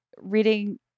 reading